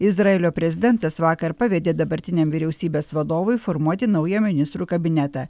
izraelio prezidentas vakar pavedė dabartiniam vyriausybės vadovui formuoti naują ministrų kabinetą